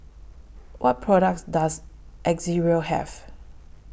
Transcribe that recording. What products Does Ezerra Have